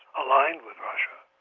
aligned with russia,